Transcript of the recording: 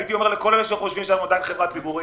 הייתי אומר לכל אלה שאומרים שזו חברה ציבורית,